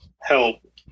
help